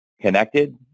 connected